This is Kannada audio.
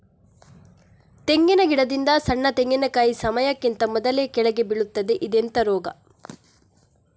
ತೆಂಗಿನ ಗಿಡದಿಂದ ಸಣ್ಣ ತೆಂಗಿನಕಾಯಿ ಸಮಯಕ್ಕಿಂತ ಮೊದಲೇ ಕೆಳಗೆ ಬೀಳುತ್ತದೆ ಇದೆಂತ ರೋಗ?